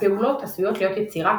הפעולות עשויות להיות יצירה,